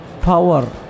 Power